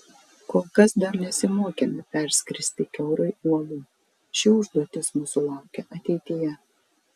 kol kas dar nesimokėme perskristi kiaurai uolų ši užduotis mūsų laukia ateityje